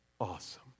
awesome